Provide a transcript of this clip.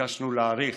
וביקשנו להאריך,